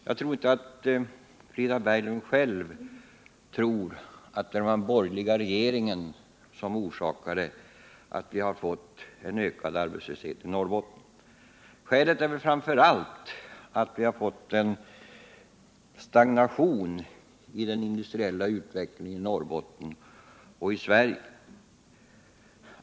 Jag tror inte att hon själv tror att det var den borgerliga regeringen som orsakade en ökad arbetslöshet i Norrbotten. Skälet till den är framför allt att vi fått en stagnation i den industriella utvecklingen i Norrbotten och i Sverige.